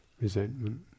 resentment